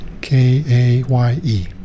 K-A-Y-E